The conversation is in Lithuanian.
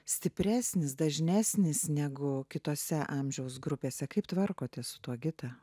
stipresnis dažnesnis negu kitose amžiaus grupėse kaip tvarkotės su tuo gita